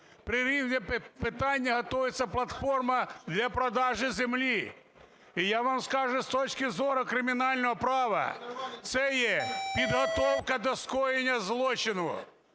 пунктів. Питання готується… платформа для продажу землі. І я вам скажу, з точки зору Кримінального права це є підготовка до скоєння злочину.